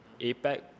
APEC